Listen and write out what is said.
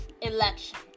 election